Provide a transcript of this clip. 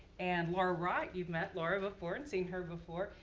and laura wright, you've met laura before and seen her before,